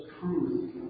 truth